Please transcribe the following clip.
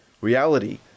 reality